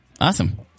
Awesome